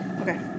Okay